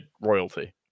royalty